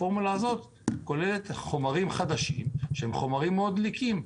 הפורמולה הזאת כוללת חומרים חדשים מאוד דליקים.